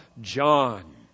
John